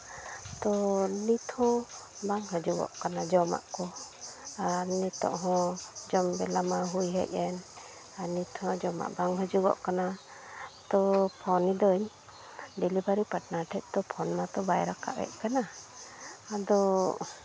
ᱛᱚ ᱱᱤᱛ ᱦᱚᱸ ᱵᱟᱝ ᱦᱤᱡᱩᱜ ᱠᱟᱱᱟ ᱡᱚᱢᱟᱜ ᱠᱚ ᱟᱨ ᱱᱤᱛᱳᱜ ᱦᱚᱸ ᱡᱚᱢ ᱵᱮᱞᱟ ᱢᱟ ᱦᱩᱭ ᱦᱮᱡ ᱮᱱ ᱟᱨ ᱱᱤᱛ ᱦᱚᱸ ᱡᱚᱢᱟᱜ ᱵᱟᱝ ᱦᱤᱡᱩᱜ ᱠᱟᱱᱟ ᱛᱚ ᱯᱷᱳᱱᱫᱟᱹᱧ ᱰᱮᱞᱤᱵᱷᱟᱨᱤ ᱯᱟᱴᱱᱟᱨ ᱴᱷᱮᱡ ᱛᱚ ᱯᱷᱳᱱ ᱢᱟᱛᱚ ᱵᱟᱭ ᱨᱟᱠᱟᱵ ᱮᱫ ᱠᱟᱱᱟ ᱟᱫᱚ